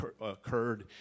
occurred